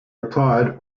replied